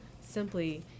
Simply